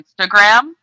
Instagram